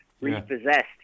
repossessed